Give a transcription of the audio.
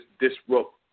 disrupt